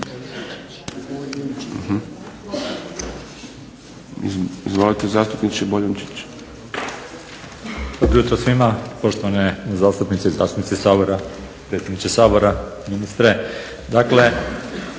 Izvolite zastupniče Boljunčić.